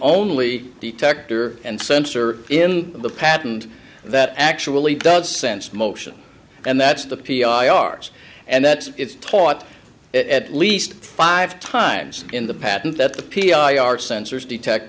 only detector and sensor in the patent that actually does sense motion and that's the p r and that it's taught it at least five times in the patent that the p r sensors detect